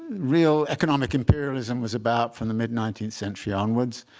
real economic imperialism was about from the mid nineteenth century onwards.